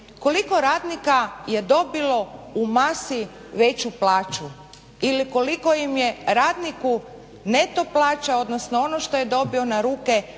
koliko radnika je dobilo u masi veću plaću i li koliko im je radniku neto plaće, odnosno ono što je dobio na ruke